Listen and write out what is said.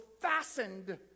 fastened